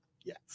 yes